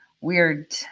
weird